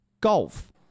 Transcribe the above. Golf